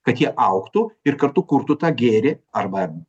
kad jie augtų ir kartu kurtų tą gėrį arba